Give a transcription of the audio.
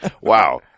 Wow